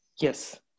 Yes